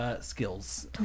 skills